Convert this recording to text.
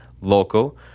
local